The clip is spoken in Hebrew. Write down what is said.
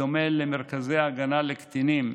בדומה למרכזי הגנה לקטינים,